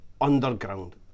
underground